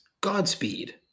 Godspeed